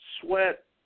sweat